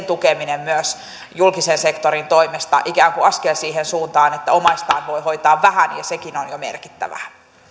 tukeminen myös julkisen sektorin toimesta ikään kuin askel siihen suuntaan että omaistaan voi hoitaa vähän ja sekin on on jo merkittävää